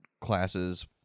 classes